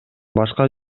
башка